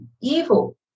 evil